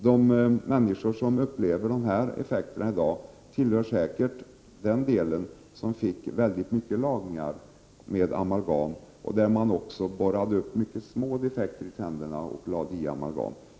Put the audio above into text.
De människor som i dag upplever dessa effekter tillhör säkert den del av befolkningen som fick väldigt mycket lagningar med amalgam, där man borrade upp även små defekter i tänderna och lade in amalgam.